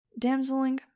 Damseling